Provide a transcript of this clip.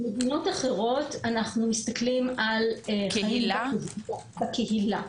במדינות אחרות אנחנו מסתכלים על חיים בקהילה.